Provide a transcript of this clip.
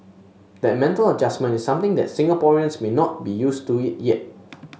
that mental adjustment is something that Singaporeans may not be used to it yet